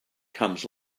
comes